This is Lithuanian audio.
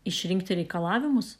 išrinkti reikalavimus